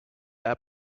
air